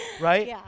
Right